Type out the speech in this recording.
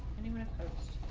anyone post?